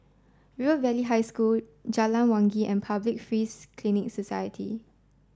River Valley High School Jalan Wangi and Public Free Clinic Society